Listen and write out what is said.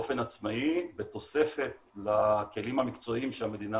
באופן עצמאי, בתופסת לכלים המקצועיים שהמדינה